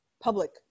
public